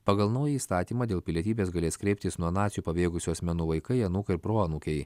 pagal naują įstatymą dėl pilietybės galės kreiptis nuo nacių pabėgusių asmenų vaikai anūkai ar proanūkiai